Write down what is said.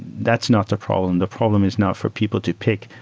that's not the problem. the problem is not for people to pick.